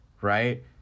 right